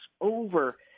over